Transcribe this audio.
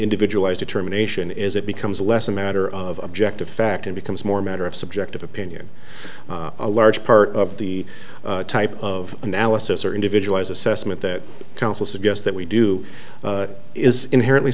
individualized determination is it becomes less a matter of objective fact it becomes more a matter of subjective opinion a large part of the type of analysis or individualize assessment that counsel suggest that we do is inherently